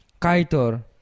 kaitor